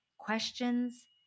questions